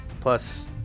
plus